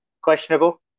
Questionable